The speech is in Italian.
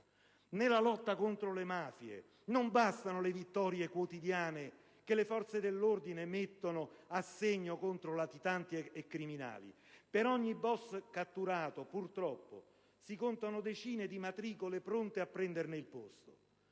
Nella lotta contro le mafie non bastano le vittorie quotidiane che le forze dell'ordine mettono a segno contro latitanti e criminali: per ogni *boss* catturato, purtroppo, si contano decine di matricole pronte a prenderne il posto.